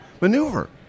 maneuver